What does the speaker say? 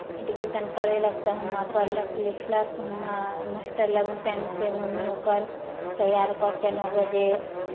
admission करयलक तऽ हुआँ पढ़लक लिखलक हुआँ मास्टर लगमे टाइमसँ मम्मी ओकर तैयार कऽ कऽ नओ बजे